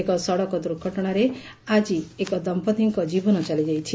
ଏକ ସଡ଼କ ଦୁର୍ଘଟଶାରେ ଆଜି ଏକ ଦମ୍ମତିଙ୍କ ଜୀବନ ଚାଲିଯାଇଛି